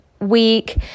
week